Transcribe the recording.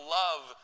love